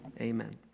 amen